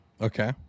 Okay